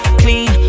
clean